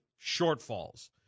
shortfalls